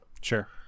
Sure